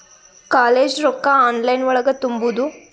College ರೊಕ್ಕ online ಒಳಗ ತುಂಬುದು?